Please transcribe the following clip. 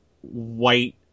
white